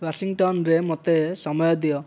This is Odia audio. ୱାଶିଂଟନରେ ମୋତେ ସମୟ ଦିଅ